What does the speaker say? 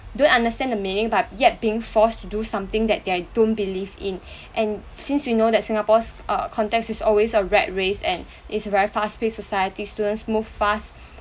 don't understand the meaning but yet being forced to do something that they don't believe in and since we know that singapore's uh context is always a rat race and it's a very fast pace society students move fast